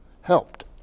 helped